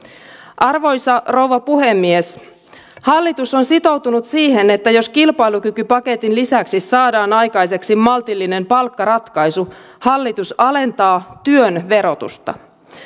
arvoisa rouva puhemies hallitus on sitoutunut siihen että jos kilpailukykypaketin lisäksi saadaan aikaiseksi maltillinen palkkaratkaisu hallitus alentaa työn verotusta